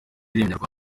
indirimbo